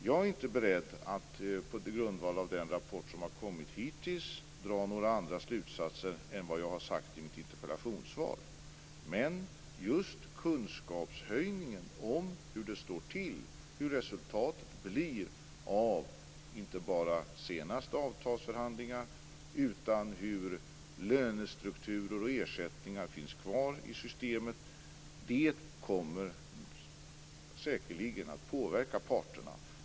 Jag är inte beredd att på grundval av den rapport som har kommit hittills dra några andra slutsatser än vad jag har sagt i mitt interpellationssvar. Men just den ökade kunskapen om hur det står det till och om hur resultatet blir inte bara av de senaste avtalsförhandlingarna utan också när det gäller de lönestrukturer och ersättningar som finns kvar i systemet, kommer säkerligen att påverka parterna.